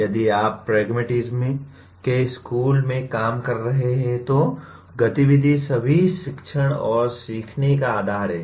यदि आप प्रैग्मैटिस्म के स्कूल में काम कर रहे हैं तो गतिविधि सभी शिक्षण और सीखने का आधार है